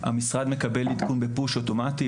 המשרד מקבל פוש אוטומטי,